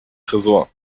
tresor